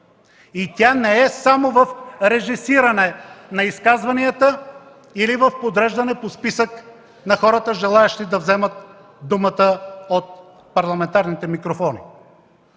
и тя не е само в режисиране на изказванията или в подреждане по списък на хората, желаещи да вземат думата от парламентарните микрофони.